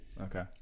Okay